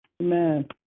Amen